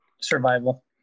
survival